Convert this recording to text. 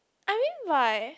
I mean like